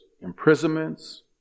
imprisonments